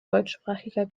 deutschsprachiger